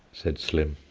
said slim,